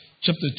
chapter